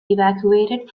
evacuated